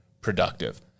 productive